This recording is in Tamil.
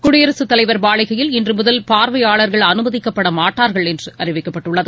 குடியரசுத் தலைவர் மாளிகையில் இன்று முதல் பார்வையாளர்கள் அனுமதிக்கப்படமாட்டார்கள் என்று அறிவிக்கப்பட்டுள்ளது